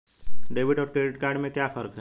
Debit और credit में क्या फर्क है?